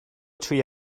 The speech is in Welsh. tri